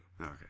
Okay